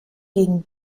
gegen